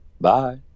bye